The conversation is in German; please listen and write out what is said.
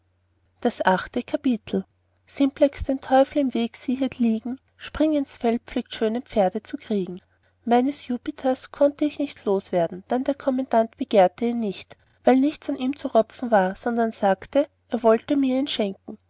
das achte kapitel simplex den teufel im weg siehet liegen springinsfeld pflegt schöne pferd zu kriegen meines jupiters konnte ich nicht los werden dann der kommandant begehrte ihn nicht weil nichts an ihm zu ropfen war sondern sagte er wollte mir ihn schenken